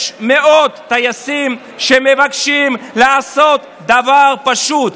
יש מאות טייסים שמבקשים לעשות דבר פשוט,